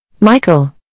Michael